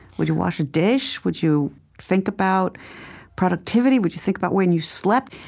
would you wash a dish? would you think about productivity? would you think about when you slept?